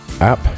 app